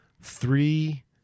three